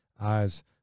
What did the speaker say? eyes